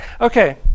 Okay